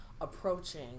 approaching